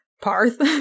Parth